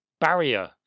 barrier